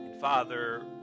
Father